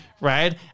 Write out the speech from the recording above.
right